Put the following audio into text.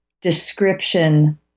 description